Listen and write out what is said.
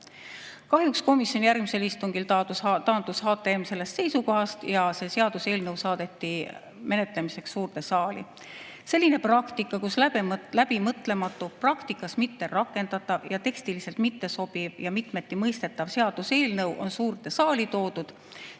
Kahjuks komisjoni järgmisel istungil taandus HTM sellest seisukohast ja see seaduseelnõu saadeti menetlemiseks suurde saali. Selline menetlusprotsess, kus läbimõtlematu, praktikas mitterakendatav ja tekstiliselt mittesobiv ja mitmeti mõistetav seaduseelnõu on suurde saali toodud,